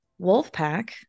Wolfpack